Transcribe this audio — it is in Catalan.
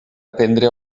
aprendre